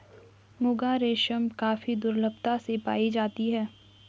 मुगा रेशम काफी दुर्लभता से पाई जाती है